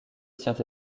tient